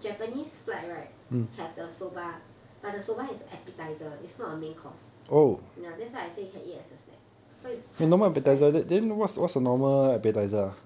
japanese flight right have the soba but the soba is appetiser is not a main course ya that's why I say can eat as a snack because it is a appetiser